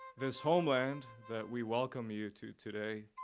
this homeland that we welcome you to today